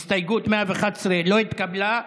הסתייגות 111 לא התקבלה.